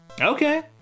Okay